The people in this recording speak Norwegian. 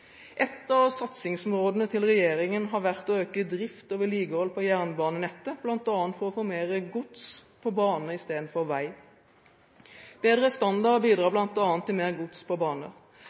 av satsingsområdene til regjeringen har vært å øke drift og vedlikehold på jernbanenettet, bl.a. for å få mer gods på bane istedenfor på vei. Bedre standard bidrar bl.a. til mer gods på bane.